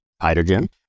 hydrogen